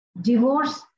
divorce